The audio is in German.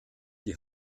die